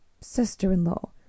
sister-in-law